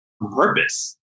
purpose